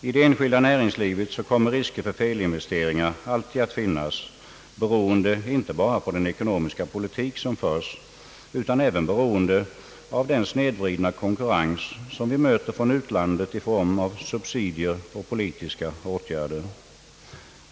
I det enskilda näringslivet kommer risker för felinvesteringar alltid att finnas, inte bara beroende på den ekonomiska politik som förs, utan även beroende på den snedvridna konkurrens vi möter från utlandet i form av subsidier och politiska åtgärder.